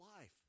life